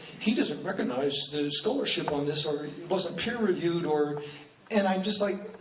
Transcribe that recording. he doesn't recognize the scholarship on this, or it wasn't peer-reviewed, or and i'm just like,